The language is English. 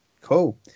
Cool